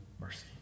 Mercy